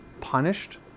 punished